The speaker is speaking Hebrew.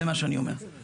זה מה שאני אומר.